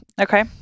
Okay